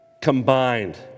combined